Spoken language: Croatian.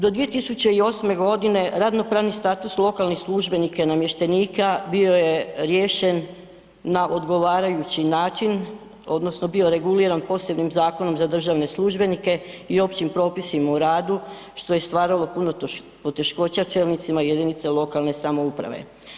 Do 2008. godine radno-pravni status lokalnih službenika i namještenika bio je riješen na odgovarajući način odnosno bio reguliran posebnim Zakonom za državne službenike i općim propisima o radu što je stvaralo puno poteškoća čelnicima jedinica lokalne samouprave.